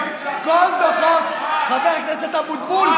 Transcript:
חבר הכנסת אבוטבול,